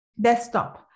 desktop